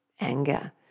anger